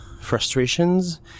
frustrations